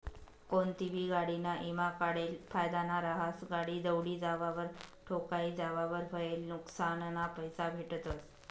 कोनतीबी गाडीना ईमा काढेल फायदाना रहास, गाडी दवडी जावावर, ठोकाई जावावर व्हयेल नुक्सानना पैसा भेटतस